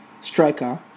striker